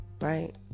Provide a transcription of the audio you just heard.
right